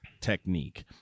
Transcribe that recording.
technique